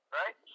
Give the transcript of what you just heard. right